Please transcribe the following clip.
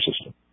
system